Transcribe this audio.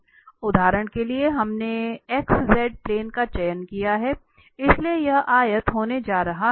उदाहरण के लिए हमने xz प्लेन का चयन किया है इसलिए यह आयत होने जा रहा है